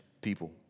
people